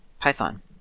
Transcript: Python